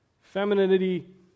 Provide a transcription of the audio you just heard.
Femininity